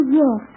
yes